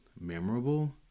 memorable